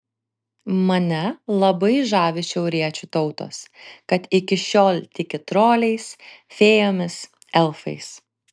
mane labai žavi šiauriečių tautos kad iki šiol tiki troliais fėjomis elfais